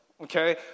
Okay